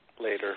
later